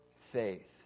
faith